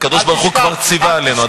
הקדוש-ברוך-הוא כבר ציווה עלינו.